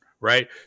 right